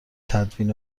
تدوین